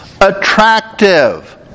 attractive